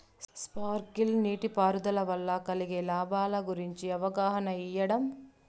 Sprinkle నీటిపారుదల వల్ల కలిగే లాభాల గురించి అవగాహన ఇయ్యడం?